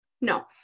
No